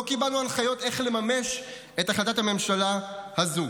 לא קיבלנו הנחיות איך לממש את החלטת הממשלה הזאת.